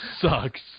sucks